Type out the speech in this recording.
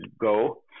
go